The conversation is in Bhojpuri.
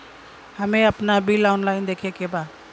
हमे आपन बिल ऑनलाइन देखे के बा?